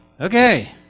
okay